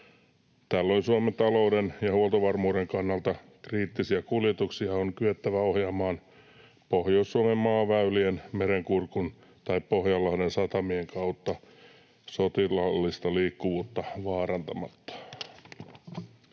Tällöin Suomen talouden ja huoltovarmuuden kannalta kriittisiä kuljetuksia on kyettävä ohjaamaan Pohjois-Suomen maaväylien, Merenkurkun tai Pohjanlahden satamien kautta sotilaallista liikkuvuutta vaarantamatta.